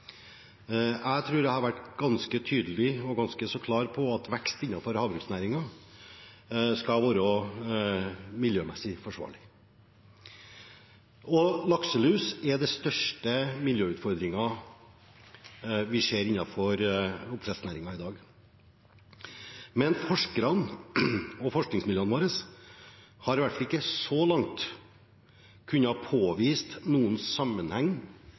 Jeg tror jeg har vært ganske tydelig og ganske så klar på at vekst innenfor havbruksnæringen skal være miljømessig forsvarlig. Lakselus er den største miljøutfordringen vi ser i oppdrettsnæringen i dag, men forskerne og forskningsmiljøene våre har i hvert fall ikke så langt kunnet påvise noen sammenheng